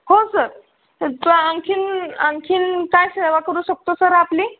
हो सर तर आणखी आणखी काय सेवा करू शकतो सर आपली